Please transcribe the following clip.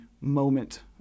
moment